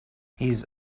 his